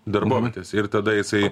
darbovietėse ir tada jisai